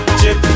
chip